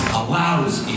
allows